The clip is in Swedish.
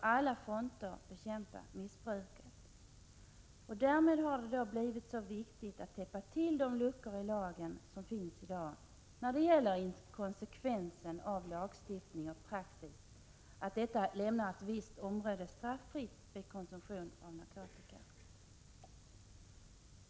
motnarkotikamissbruket på alla fronter bekämpa missbruket. Därmed har det blivit så viktigt att täppa till de luckor i lagen som finns i dag, inkonsekvensen att lagstiftning och praxis lämnar ett visst område straffritt vid konsumtion av narkotika.